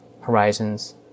horizons